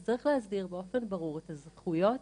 אז צריך להסדיר באופן ברור את הזכויות